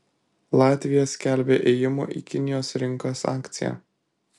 latvija skelbia ėjimo į kinijos rinkas akciją